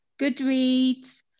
Goodreads